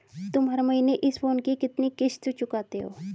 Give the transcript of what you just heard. तुम हर महीने इस फोन की कितनी किश्त चुकाते हो?